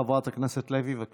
חברת הכנסת לוי, בבקשה.